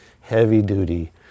heavy-duty